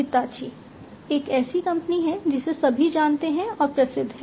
Hitachi एक ऐसी company है जिसे सभी जानते हैं और प्रसिद्ध है